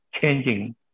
changing